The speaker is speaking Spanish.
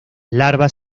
larvas